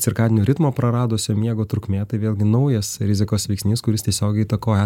cirkadinio ritmo praradusio miego trukmė tai vėlgi naujas rizikos veiksnys kuris tiesiogiai įtakoja